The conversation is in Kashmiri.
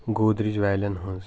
گودریج والٮ۪ن ہٕنٛز